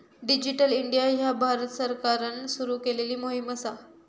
digital India ह्या भारत सरकारान सुरू केलेली मोहीम असा